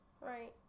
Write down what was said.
Right